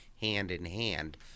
hand-in-hand